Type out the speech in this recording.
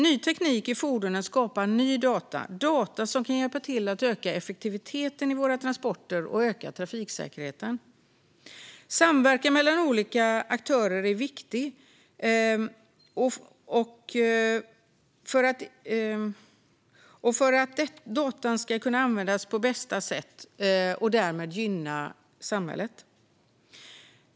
Ny teknik i fordonen skapar nya data som kan hjälpa till att öka effektiviteten i våra transporter och öka trafiksäkerheten. Samverkan mellan olika aktörer är viktig för att data ska kunna användas på bästa sätt och därmed gynna samhället.